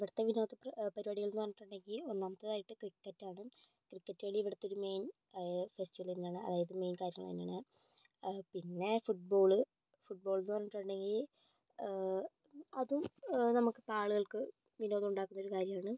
ഇവിടുത്തെ വിനോദ പരിപാടികൾ എന്ന് പറഞ്ഞിട്ടുണ്ടെങ്കിൽ ഒന്നാമത്തേതായിട്ട് ക്രിക്കറ്റാണ് ക്രിക്കറ്റ് കളി ഇവിടുത്തൊരു മെയിൻ ഫെസ്റ്റിവൽ തന്നെയാണ് അതായത് മെയിൻ കാര്യങ്ങള് തന്നെയാണ് പിന്നെ ഫുട്ബോള് ഫുട്ബോൾ എന്ന് പറഞ്ഞിട്ടുണ്ടെങ്കിൽ അതും നമുക്ക് ആളുകൾക്ക് വിനോദം ഉണ്ടാക്കുന്നൊരു കാര്യമാണ്